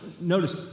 Notice